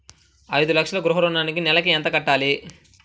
ఐదు లక్షల గృహ ఋణానికి నెలకి ఎంత కట్టాలి?